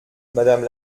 madame